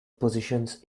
positions